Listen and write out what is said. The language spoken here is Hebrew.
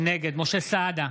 נגד משה סעדה,